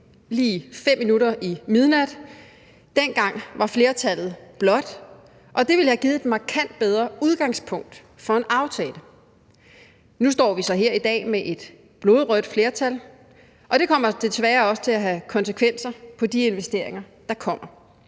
lige fem minutter i midnat. Dengang var flertallet blåt, og det ville have givet et markant bedre udgangspunkt for en aftale. Nu står vi så her i dag med et blodrødt flertal, og det kommer desværre også til at have konsekvenser for de investeringer, der kommer.